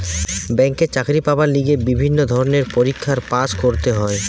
ব্যাংকে চাকরি পাবার লিগে বিভিন্ন ধরণের পরীক্ষায় পাস্ করতে হয়